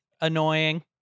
annoying